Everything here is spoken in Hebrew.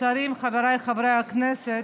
שרים, חבריי חברי הכנסת,